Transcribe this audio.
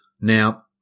Now –